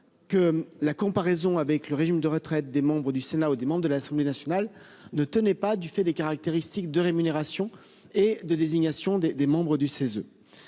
que la comparaison avec le régime de retraite des membres du Sénat ou des membres de l'Assemblée nationale ne tenait pas du fait des caractéristiques de rémunération et de désignation des des membres du CESE.